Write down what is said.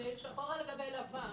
שצריך לקבל הכנסה.